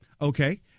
Okay